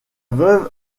veuve